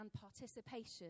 participation